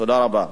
תודה רבה.